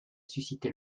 suscitée